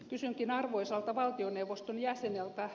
kysynkin arvoisalta valtioneuvoston jäseneltä